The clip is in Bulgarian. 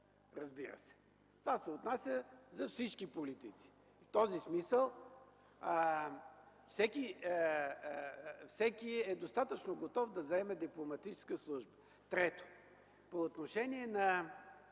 Разбира се, се отнася за всички политици. В този смисъл всеки е достатъчно готов да заеме дипломатическа служба. Трето, по отношение на